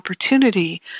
opportunity